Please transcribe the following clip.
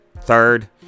third